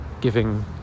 giving